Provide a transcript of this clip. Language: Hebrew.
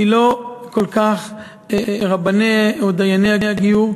היא לא כל כך רבני או דייני הגיור.